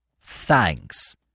Thanks